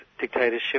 dictatorship